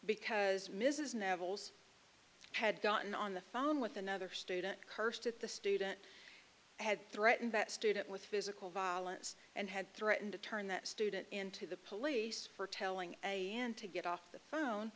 because mrs navajos had gotten on the phone with another student cursed at the student had threatened that student with physical violence and had threatened to turn that student into the police for telling a and to get off the phone